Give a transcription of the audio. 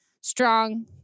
strong